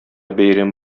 бәйрәм